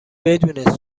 بدون